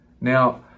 Now